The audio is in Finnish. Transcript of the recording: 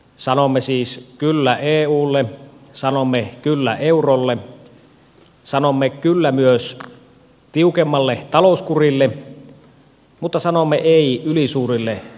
sanomme siis kyllä eulle sanomme kyllä eurolle sanomme kyllä myös tiukemmalle talouskurille mutta sanomme ei ylisuurelle velkaantumiselle